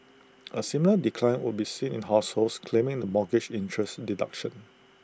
A similar decline would be seen in households claiming the mortgage interest deduction